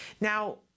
Now